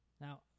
Now